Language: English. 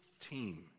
team